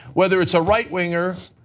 whether it is a right-winger,